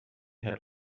had